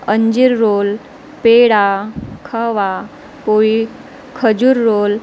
अंजीर रोल पेडा खवा पोळी खजूर रोल